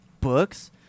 books